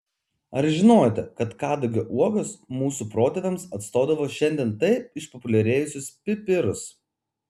ar žinojote kad kadagio uogos mūsų protėviams atstodavo šiandien taip išpopuliarėjusius pipirus